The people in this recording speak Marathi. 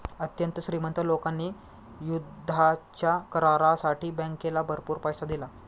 अत्यंत श्रीमंत लोकांनी युद्धाच्या करारासाठी बँकेला भरपूर पैसा दिला